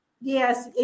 Yes